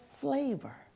flavor